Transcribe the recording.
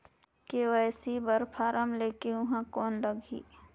KYC बर form ले के ऊहां कौन लगही?